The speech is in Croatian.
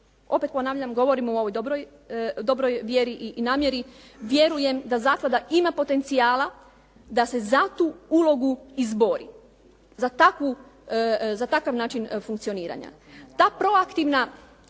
Opet ponavljam govorim o ovoj dobroj vjeri i namjeri. Vjerujem da zaklada ima potencijala, da se za tu ulogu izbori, za takav način funkcioniranja. Ta proaktivna